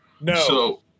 No